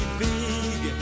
big